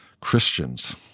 Christians